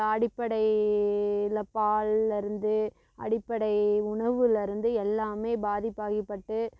அடிப்படையில் பாலிலருந்து அடிப்படை உணவுலேருந்து எல்லாமே பாதிப்பாகிப்பட்டு